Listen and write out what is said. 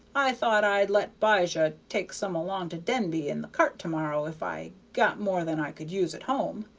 i thought i'd let bijah take some along to denby in the cart to-morrow if i got more than i could use at home.